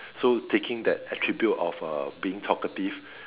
so taking that attribute of uh being talkative